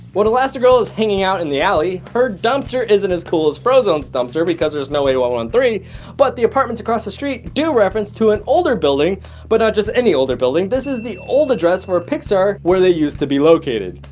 when elastigirl is hanging out in the alley, her dumpster isn't as cool as frozone's dumpster because there's no a one one three but the apartments across the street do reference to an older building but not just any older building, this is the old address for pixar, where they used to be located.